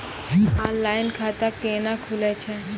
Online खाता केना खुलै छै?